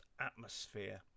atmosphere